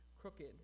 crooked